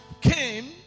came